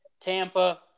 tampa